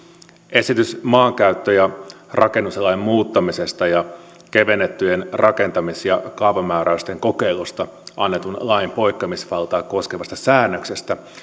esitys maankäyttö ja rakennuslain muuttamisesta ja kevennettyjen rakentamis ja kaavamääräysten kokeilusta annetun lain poikkeamisvaltaa koskevasta säännöksestä